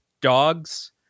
dogs